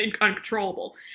uncontrollable